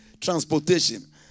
transportation